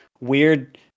weird